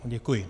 Děkuji.